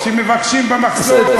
שמבקשים במחסום.